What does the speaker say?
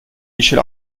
michel